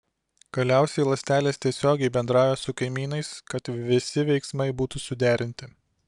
galiausiai ląstelės tiesiogiai bendrauja su kaimynais kad visi veiksmai būtų suderinti